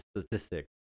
statistic